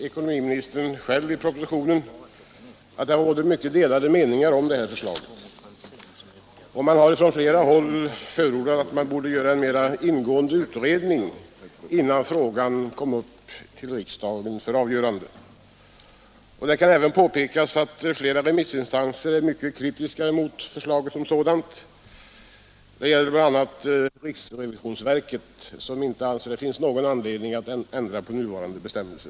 Ekonomiministern konstaterar i propositionen att det råder mycket delade meningar om detta förslag. Från flera håll har också förordats att man borde göra en mera ingående utredning innan frågan kom upp i riksdagen för avgörande. Det kan även påpekas att flera remissinstanser är mycket kritiska mot förslaget som sådant — det gäller bl.a. riksrevisionsverket som inte anser att det finns någon anledning att ändra på nuvarande bestämmelser.